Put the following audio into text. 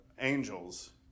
angels